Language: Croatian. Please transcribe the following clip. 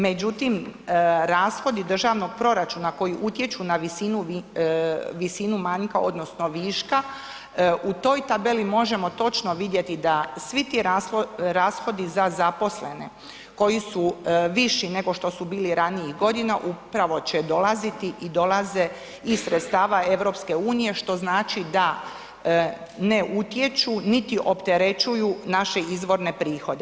Međutim, rashodi državnog proračuna koji utječu na visinu manjka odnosno viška u toj tabeli možemo točno vidjeti da svi ti rashodi za zaposlene koji su viši nego što su bili ranijih godina, upravo će dolaziti i dolaze iz sredstava EU, što znači da ne utječu, niti opterećuju naše izvorne prihode.